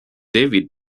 david